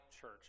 church